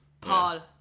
Paul